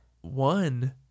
One